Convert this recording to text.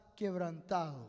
quebrantado